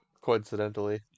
Coincidentally